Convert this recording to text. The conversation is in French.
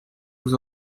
vous